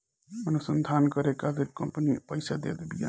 अनुसंधान करे खातिर कंपनी पईसा देत बिया